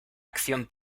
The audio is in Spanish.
acción